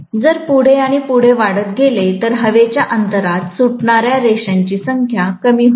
जर पुढे आणि पुढे वाढत गेले तर हवेच्या अंतरात सुटणार्या रेषांची संख्या कमी होईल